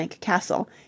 Castle